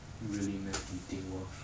really meh you think worth